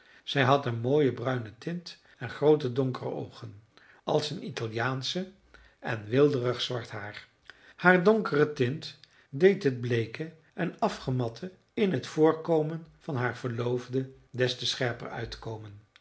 zij had een mooie bruine tint en groote donkere oogen als een italiaansche en weelderig zwart haar haar donkere tint deed het bleeke en afgematte in het voorkomen van haar verloofde des te scherper uitkomen